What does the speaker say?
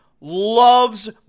loves